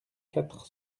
quatre